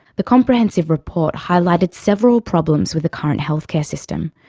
the comprehensive report highlighted several problems with the current healthcare system,